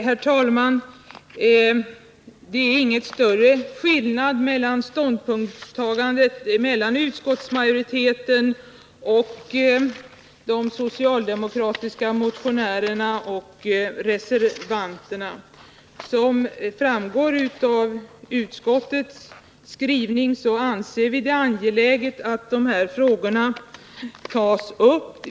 Herr talman! Det är ingen större skillnad mellan utskottsmajoritetens ståndpunkt och de socialdemokratiska motionärernas och reservanternas ståndpunkt. Som framgår av utskottets skrivning anser vi inom utskottsmajoriteten att det är angeläget att dessa frågor tas upp.